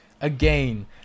Again